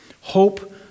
Hope